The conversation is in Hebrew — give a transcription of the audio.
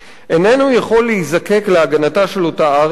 איננו יכול להיזקק להגנתה של אותה ארץ